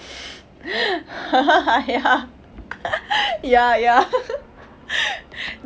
ya ya ya